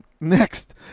Next